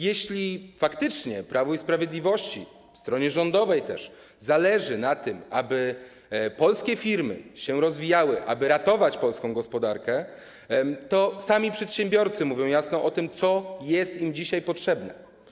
Jeśli faktycznie Prawu i Sprawiedliwości, stronie rządowej też, zależy na tym, aby polskie firmy się rozwijały, aby ratować polską gospodarkę, to sami przedsiębiorcy mówią jasno o tym, co jest im dzisiaj potrzebne.